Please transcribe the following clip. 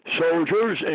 soldiers